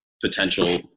potential